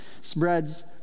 spreads